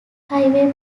highway